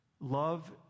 Love